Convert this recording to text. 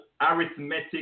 arithmetic